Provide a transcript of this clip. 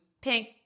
pink